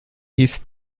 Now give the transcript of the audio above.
ist